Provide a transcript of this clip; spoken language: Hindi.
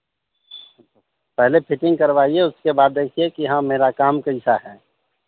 पहले फिटिंग करवाइए उसके बाद देखिए कि हाँ मेरा काम कैसा है